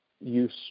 use